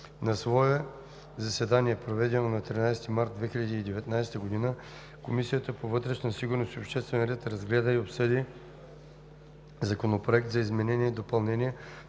На свое заседание, проведено на 13 март 2019 г., Комисията по вътрешна сигурност и обществен ред разгледа и обсъди Законопроект за изменение и допълнение